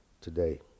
today